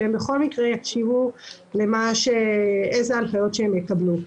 שהם בכל מקרה יקשיבו להנחיות שהם מקבלים.